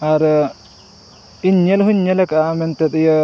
ᱟᱨ ᱤᱧ ᱧᱮᱞ ᱦᱚᱧ ᱧᱮᱞ ᱟᱠᱟᱫᱼᱟ ᱢᱮᱱᱛᱮᱫ ᱤᱭᱟᱹ